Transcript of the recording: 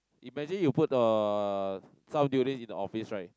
imagine you put uh some durian in the office right